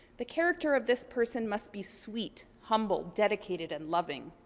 the character of this person must be sweet, humble, dedicated and loving.